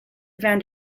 van